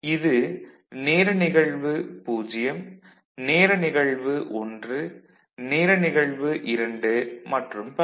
இது நேர நிகழ்வு 0 நேர நிகழ்வு 1 நேர நிகழ்வு 2 மற்றும் பல